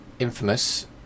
Infamous